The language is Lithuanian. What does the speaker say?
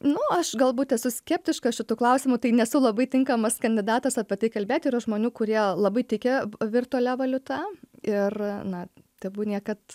nu aš galbūt esu skeptiška šitu klausimu tai nesu labai tinkamas kandidatas apie tai kalbėti yra žmonių kurie labai tiki virtualia valiuta ir na tebūnie kad